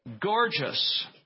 gorgeous